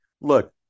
look